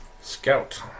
Scout